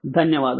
ధన్యవాదాలు